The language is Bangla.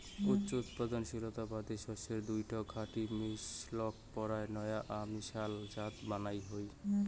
উচ্চ উৎপাদনশীলতার বাদে শস্যের দুইটা খাঁটি মিশলক পরায় নয়া অমিশাল জাত বানান হই